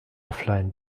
offline